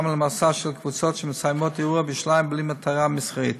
גם למסע של קבוצות שמסיימות אירוע בירושלים בלי מטרה מסחרית,